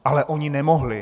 Ale oni nemohli.